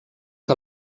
que